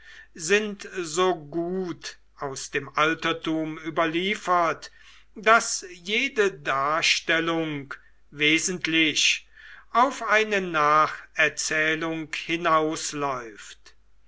sind so gut aus dem altertum überliefert daß jede darstellung wesentlich auf eine nacherzählung hinausläuft